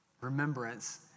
remembrance